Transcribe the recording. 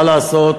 מה לעשות,